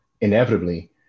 inevitably